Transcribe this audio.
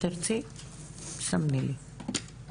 כשתרצי תסמני לי ואתן לך לדבר.